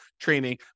training